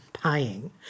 paying